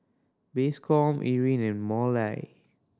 Bascom Irene and Mollie